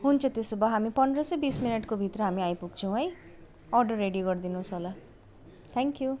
हुन्छ त्यसोभए हामी पन्ध्र से बिस मिनेटकोभित्र हामी आइपुग्छौँ है अर्डर रेडी गरिदिनुहोस् होला थ्याङ्कयू